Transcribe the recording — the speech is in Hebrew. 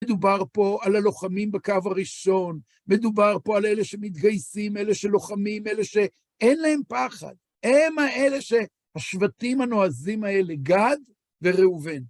מדובר פה על הלוחמים בקו הראשון, מדובר פה על אלה שמתגייסים, אלה שלוחמים, אלה שאין להם פחד. הם האלה שהשבטים הנועזים האלה גד וראובן.